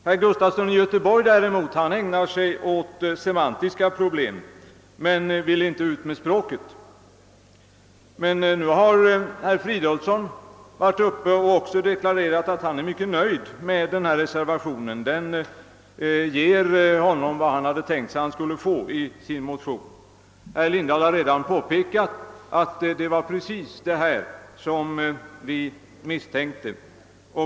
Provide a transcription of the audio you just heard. Herr Gustafson i Göteborg ägnar sig däremot åt semantiska problem, men han vill inte komma ut med språket. Herr Fridolfsson i Stockholm, en av motionärerna, har nu deklarerat att han är mycket nöjd med reservationen 2. Den ger honom vad han tänkt sig att han skulle få ut av sin motion. Herr Lindahl har redan påpekat att det var precis detta som vi misstänkte.